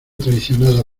traicionada